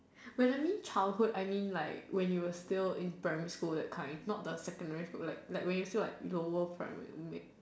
when I mean childhood I mean like when you were still in primary school that kind not the secondary school like like when you still like lower primary